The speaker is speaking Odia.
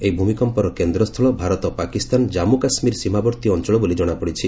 ଏହି ଭୂମିକମ୍ପର କେନ୍ଦ୍ରସ୍ଥଳ ଭାରତ ପାକିସ୍ତାନ ଜାନ୍ମୁ କାଶ୍ମୀର ସୀମାବର୍ତ୍ତୀ ଅଞ୍ଚଳ ବୋଲି ଜଣାପଡ଼ିଛି